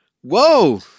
Whoa